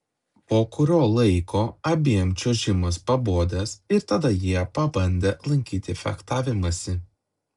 po kurio laiko abiem čiuožimas pabodęs ir tada jie pabandę lankyti fechtavimąsi